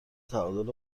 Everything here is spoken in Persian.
تعادل